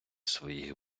своїх